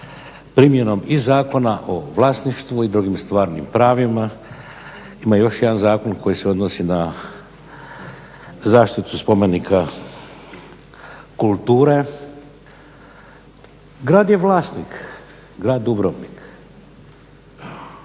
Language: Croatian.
primjenom i Zakona o vlasništvu i drugim stvarnim pravima, ima još jedan zakon koji se odnosi na zaštitu spomenika kulture. Grad je vlasnik, grad Dubrovnik